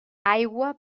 aigua